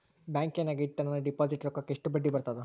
ಬ್ಯಾಂಕಿನಾಗ ಇಟ್ಟ ನನ್ನ ಡಿಪಾಸಿಟ್ ರೊಕ್ಕಕ್ಕ ಎಷ್ಟು ಬಡ್ಡಿ ಬರ್ತದ?